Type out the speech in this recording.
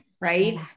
right